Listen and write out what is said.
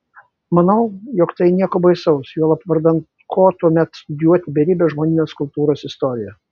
manau jog tai nieko baisaus juolab vardan ko tuomet studijuoti beribę žmonijos kultūros istoriją